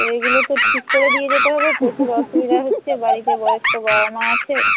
ওইগুলো তো ঠিক করে দিয়ে যেতে হবে প্রচুর অসুবিধা হচ্ছে বাড়িতে বয়স্ক বাবা মা আছে